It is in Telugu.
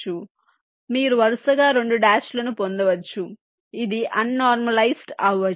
కాబట్టి మీరు వరుసగా రెండు డాష్లను పొందవచ్చు ఇది అన్ నార్మలైజ్డ్ అవొచ్చు